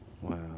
Wow